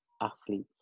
athletes